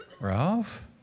Ralph